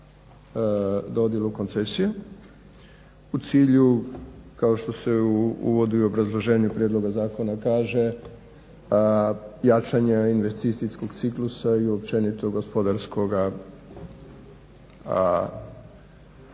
dodjelu koncesija u cilju kao što se u uvodu i obrazloženju prijedloga zakona kaže jačanje investicijskog ciklusa i općenito gospodarskoga rasta.